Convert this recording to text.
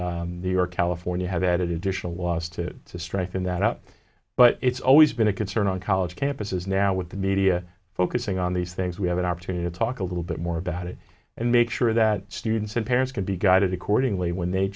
states or california have added additional was to straighten that out but it's always been a concern on college campuses now with the media focusing on these things we have an opportunity to talk a little bit more about it and make sure that students and parents can be guided accordingly when they